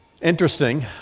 Interesting